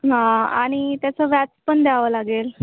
हां आणि त्याचं व्याज पण द्यावं लागेल